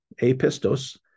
Apistos